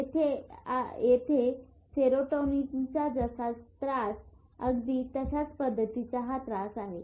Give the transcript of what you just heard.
येथे आणि येथे सेरोटोनिनचा जसा त्रास अगदी तशाच पद्धतीचा हा त्रास आहे